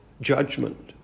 judgment